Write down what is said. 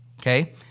okay